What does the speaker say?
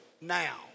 now